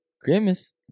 Christmas